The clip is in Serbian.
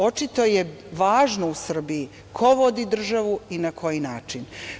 Očito je važno u Srbiji ko vodi državu i na koji način.